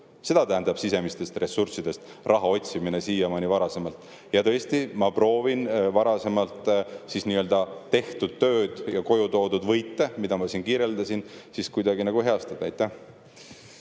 Seda tähendab sisemistest ressurssidest raha otsimist [nii praegu] kui ka varasemalt. Ja tõesti, ma proovin varasemalt nii-öelda tehtud tööd ja koju toodud võite, mida ma siin kirjeldasin, kuidagi nagu heastada. Aitäh!